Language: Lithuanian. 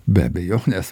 be abejonės